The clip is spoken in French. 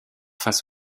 face